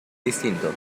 distinto